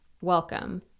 welcome